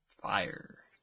fire